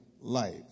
life